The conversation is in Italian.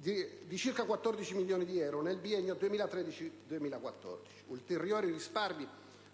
di circa 14 milioni di euro nel biennio 2013-2014; considerato che ulteriori risparmi